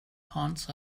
haunts